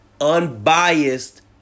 unbiased